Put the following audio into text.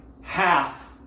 Half